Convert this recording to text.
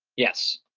yes.